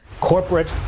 corporate